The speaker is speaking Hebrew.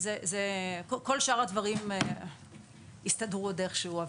כל שאר הדברים יסתדרו עוד איכשהו.